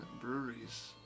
Breweries